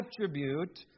attribute